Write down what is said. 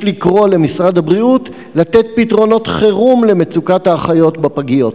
יש לקרוא למשרד הבריאות לתת פתרונות חירום למצוקת האחיות בפגיות.